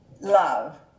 love